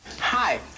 Hi